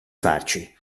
farci